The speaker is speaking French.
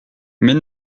mais